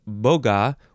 boga